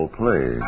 play